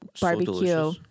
barbecue